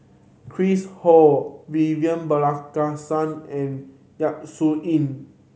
Chris Ho Vivian Balakrishnan and Yap Su Yin